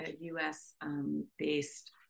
US-based